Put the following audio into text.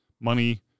money